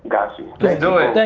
got you. let's do it!